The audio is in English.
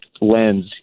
lens